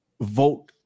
vote